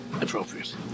appropriate